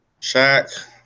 Shaq